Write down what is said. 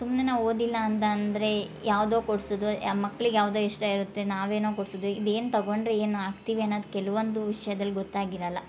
ಸುಮ್ನೆ ನಾವು ಓದಿಲ್ಲ ಅಂತ ಅಂದರೆ ಯಾವುದೋ ಕೊಡ್ಸೋದು ಆ ಮಕ್ಳಿಗೆ ಯಾವುದೋ ಇಷ್ಟ ಇರುತ್ತೆ ನಾವೇನೋ ಕೊಡ್ಸೋದು ಇದು ಏನು ತಗೊಂಡರೆ ಏನು ಆಗ್ತೀವಿ ಅನ್ನದು ಕೆಲವೊಂದು ವಿಷ್ಯದಲ್ಲಿ ಗೊತ್ತಾಗಿರಲ್ಲ